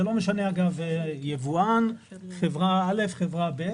זה לא משנה, אגב, יבואן, חברה א', חברה ב'.